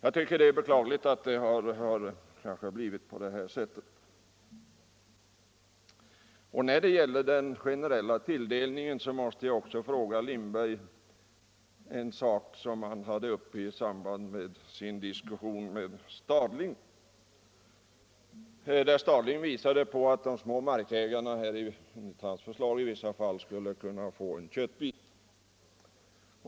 I herr Lindbergs diskussion med herr Stadling om den generella tilldelningen påvisade herr Stadling att de små markägarna i vissa fall skulle kunna få en köttbit.